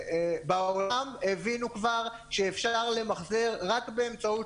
בעולם הבינו כבר שאפשר למחזר רק באמצעות